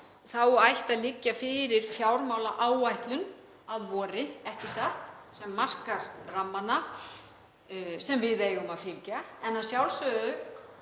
ætti þá að liggja fyrir fjármálaáætlun að vori, ekki satt, sem markar rammana sem við eigum að fylgja. En svo